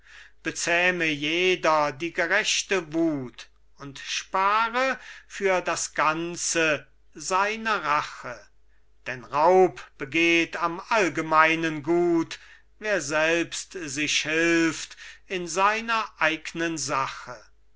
bezähme jeder die gerechte wut und spare für das ganze seine rache denn raub begeht am allgemeinen gut wer selbst sich hilft in seiner eignen sache